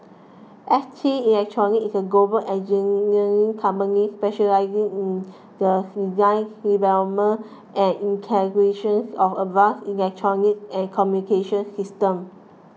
S T Electronics is a global engineering company specialising in the design development and integrations of advanced electronics and communications systems